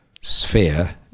sphere